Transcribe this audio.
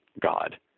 god